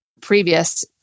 previous